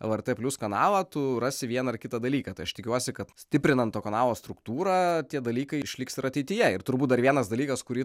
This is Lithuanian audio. lrt plius kanalą tu rasi vieną ar kitą dalyką tai aš tikiuosi kad stiprinant to kanalo struktūrą tie dalykai išliks ir ateityje ir turbūt dar vienas dalykas kurį